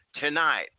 tonight